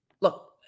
look